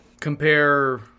Compare